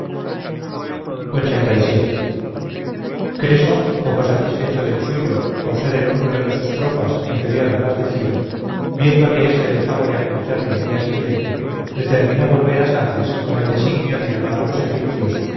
creso poco satisfecho del suyo por ser el número de sus tropas inferior a las de ciro viendo que este dejaba de acometerle al día siguiente determinó volver a sardes con el designio de llamar a los egipcios